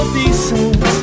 decent